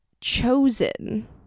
chosen